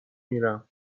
میرم